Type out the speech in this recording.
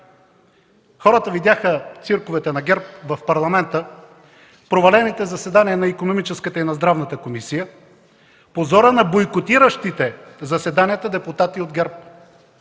Хората видяха цирковете на ГЕРБ в Парламента, провалените заседания на Икономическата и на Здравната комисия, позора на бойкотиращите заседанията депутати от ГЕРБ.